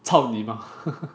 操你妈